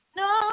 no